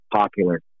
popular